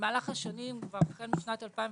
במהלך השנים, החל משנת 2021,